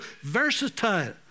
versatile